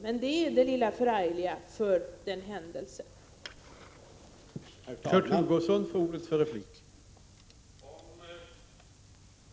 Men det lilla förargliga ”för den händelse” finns där.